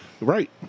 Right